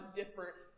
different